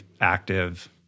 active